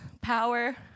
power